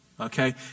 Okay